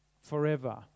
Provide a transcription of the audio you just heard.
forever